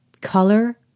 color